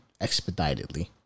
expeditedly